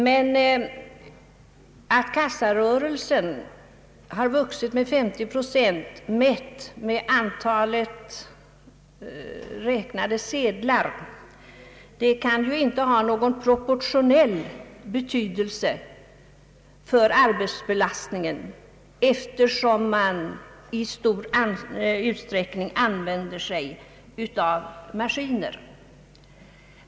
Men att kassarörelsen har vuxit med 50 procent, mätt efter antalet räknade sedlar, kan ju inte innebära en proportionell ökning av arbetsbelastningen, eftersom man i stor utsträckning använder maskiner för detta arbete.